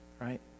right